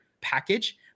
package